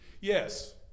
Yes